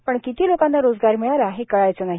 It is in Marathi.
पण किती लोकांना रोजगार मिळाला हे कळायचेच नाही